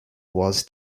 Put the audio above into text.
was